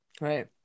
Right